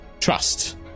trust